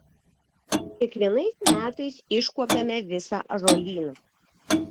kiekvienais metais iškuopiame visą ąžuolyną